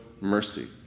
mercy